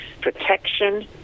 protection